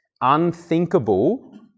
unthinkable